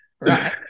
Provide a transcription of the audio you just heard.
right